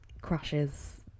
crashes